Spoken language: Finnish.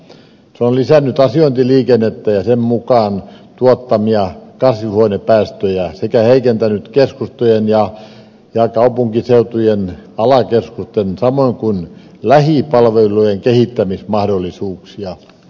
se on lisännyt asiointiliikennettä ja sen tuottamia kasvihuonepäästöjä sekä heikentänyt keskustojen ja kaupunkiseutujen alakeskusten samoin kuin lähipalvelujen kehittämismahdollisuuksia